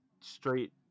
straight